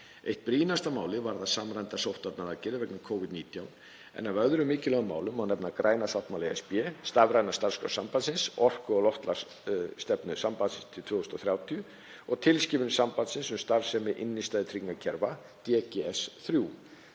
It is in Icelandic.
Eitt brýnasta málið varðar samræmdar sóttvarnaaðgerðir vegna Covid-19, en af öðrum mikilvægum málum má nefna græna sáttmála ESB, stafræna starfsskrá sambandsins, orku- og loftslagsstefnu sambandsins til 2030 og tilskipun sambandsins um starfsemi innstæðutryggingakerfa, DGS